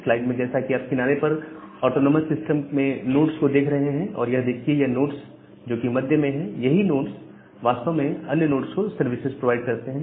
slide में जैसा कि आप किनारे पर ऑटोनॉमस सिस्टम में नोड्स को देख रहे हैं और यह देखिए यह नोड्स जो कि मध्य में है यही नोड्स वास्तव में अन्य नोड्स को सर्विसेस प्रोवाइड करते हैं